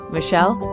Michelle